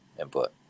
input